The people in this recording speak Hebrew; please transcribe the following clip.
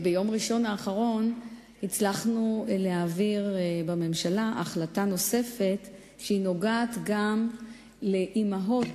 ביום ראשון האחרון הצלחנו להעביר בממשלה החלטה נוספת שנוגעת לאמהות